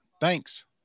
Thanks